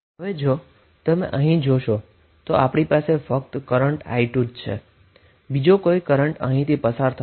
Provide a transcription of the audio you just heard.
જો તમે જોશો તો આની પાસે ફક્ત કરન્ટ i2 જ છે બીજો કોઈ કરન્ટ પસાર થતો નથી